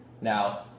Now